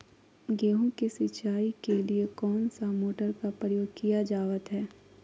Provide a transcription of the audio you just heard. गेहूं के सिंचाई के लिए कौन सा मोटर का प्रयोग किया जावत है?